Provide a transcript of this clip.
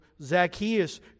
Zacchaeus